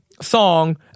song